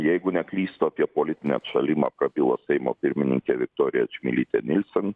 jeigu neklystu apie politinį atšalimą prabilo seimo pirmininkė viktorija čmilytė nielsen